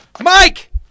Mike